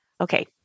okay